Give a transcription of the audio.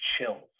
chills